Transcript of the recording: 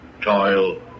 toil